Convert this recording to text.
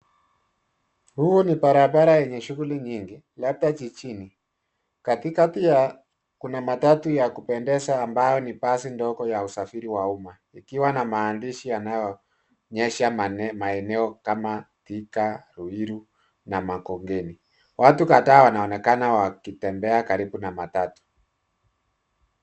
Huu ni barabara yenye shuguli nyingi labda jijini, katikati ya kuna matatu ya kupendeza ambayo ni basi ndogo ya usafiri wa umma ikiwa na maandishi yanayoonyesha maeneo kama Thika, Ruiru na Makongeni. Watu kadhaa wanaonekana wakitembea karibu na matatu.